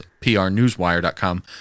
prnewswire.com